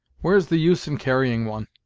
where's the use in carrying one?